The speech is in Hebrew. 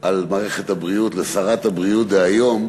על מערכת הבריאות לשרת הבריאות דהיום,